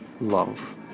love